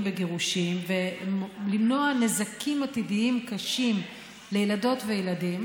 בגירושים ולמנוע נזקים עתידיים קשים לילדות וילדים,